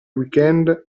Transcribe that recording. weekend